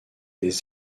des